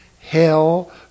hell